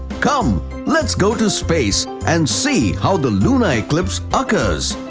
come let's go to space and see how the lunar eclipse occurs!